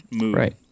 Right